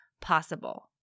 possible